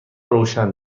روشن